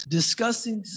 discussing